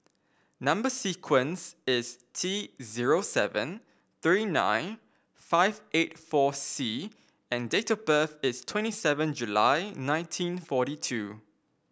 number sequence is T zero seven three nine five eight four C and date of birth is twenty seven July nineteen forty two